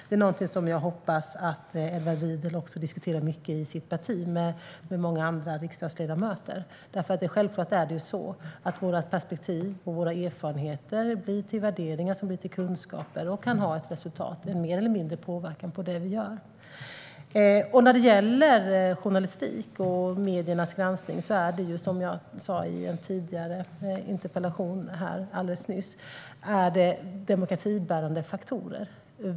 Det är någonting som jag hoppas att Edward Riedl också diskuterar mycket i sitt parti och med många andra riksdagsledamöter. Självklart är det så att vårt perspektiv och våra erfarenheter blir till värderingar som blir till kunskaper och kan ge resultat och ha mer eller mindre påverkan på det vi gör. Journalistiken och mediernas granskning är, som jag sa alldeles nyss i en annan interpellationsdebatt, demokratibärande faktorer.